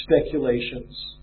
speculations